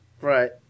Right